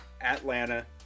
Atlanta